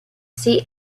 see